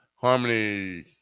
Harmony